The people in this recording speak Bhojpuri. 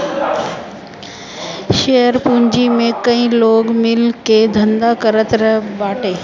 शेयर पूंजी में कई लोग मिल के धंधा करत बाटे